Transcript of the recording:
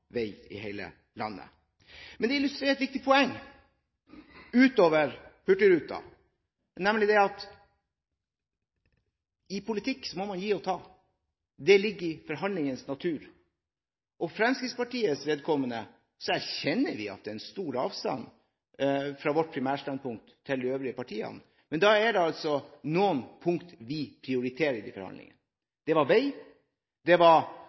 vei i hele landet. Men det illustrerer et viktig poeng i tillegg til hurtigruten, nemlig at man i politikken må gi og ta – det ligger i forhandlingens natur. For Fremskrittspartiets vedkommende erkjenner vi at det er en stor avstand fra vårt primærstandpunkt til de øvrige partienes, men det var altså noen punkter vi prioriterte i forhandlingene. Det var vei, det var